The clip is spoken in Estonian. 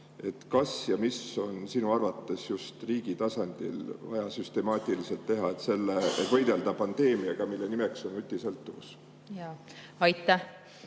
välja. Mida on sinu arvates just riigi tasandil vaja süstemaatiliselt teha, et võidelda pandeemiaga, mille nimeks on nutisõltuvus? Aitäh!